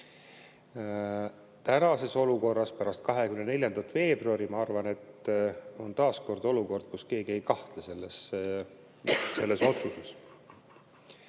Tänases olukorras, pärast 24. veebruari, ma arvan, on taas nii, et keegi ei kahtle selles otsuses.